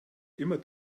immer